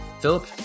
Philip